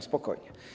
Spokojnie.